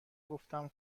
گفتم